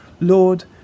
Lord